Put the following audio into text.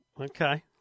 Okay